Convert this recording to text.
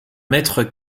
mètre